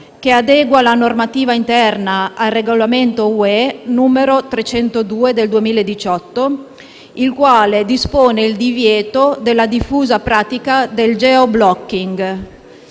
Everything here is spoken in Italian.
che adegua la normativa interna al regolamento UE n. 302 del 2018, il quale dispone il divieto della diffusa pratica del *geoblocking*.